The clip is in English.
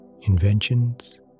inventions